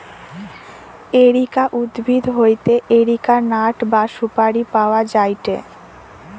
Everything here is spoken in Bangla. এরিকা উদ্ভিদ হইতে এরিকা নাট বা সুপারি পাওয়া যায়টে